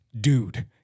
Dude